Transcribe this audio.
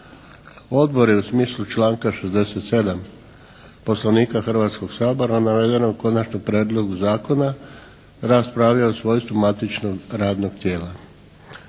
Odbor je u smislu članka 67. Poslovnika Hrvatskog sabora navedenog konačnog prijedloga zakona raspravljao u svojstvu matičnog radnog tijela.